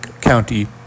County